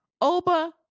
Oba